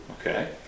Okay